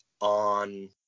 on